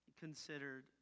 considered